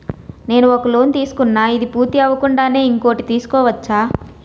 నేను ఒక లోన్ తీసుకున్న, ఇది పూర్తి అవ్వకుండానే ఇంకోటి తీసుకోవచ్చా?